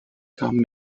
kamen